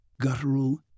guttural